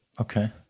Okay